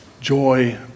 joy